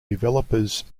developers